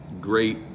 great